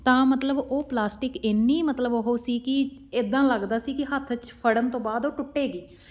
ਤਾਂ ਮਤਲਬ ਉਹ ਪਲਾਸਟਿਕ ਇੰਨੀ ਮਤਲਬ ਉਹ ਸੀ ਕਿ ਇੱਦਾਂ ਲੱਗਦਾ ਸੀ ਕਿ ਹੱਥ 'ਚ ਫੜਨ ਤੋਂ ਬਾਅਦ ਉਹ ਟੁੱਟੇਗੀ